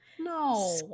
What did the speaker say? No